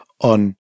on